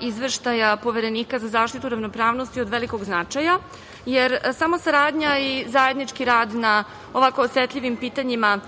Izveštaja Poverenika za zaštitu ravnopravnosti od velikog značaja, jer samo saradnja i zajednički rad na ovako osetljivim pitanjima